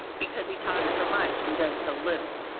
because he talks so much and does so little.